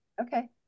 Okay